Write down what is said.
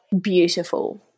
beautiful